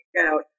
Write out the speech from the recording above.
out